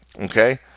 Okay